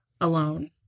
alone